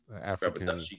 African